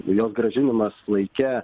jos grąžinimas laike